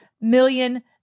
million